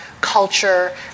culture